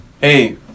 Hey